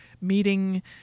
meeting